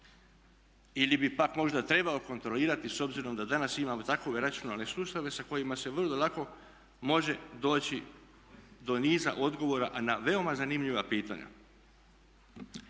Ili bi pak trebao kontrolirati s obzirom da danas imamo takove računalne sustave sa kojima se vrlo lako može doći do niza odgovora a na veoma zanimljiva pitanja.